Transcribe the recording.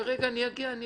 אני אגיע.